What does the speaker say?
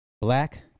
black